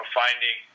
finding